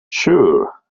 sure